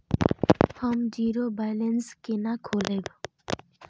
हम zero balance केना खोलैब?